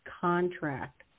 contract